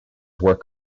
work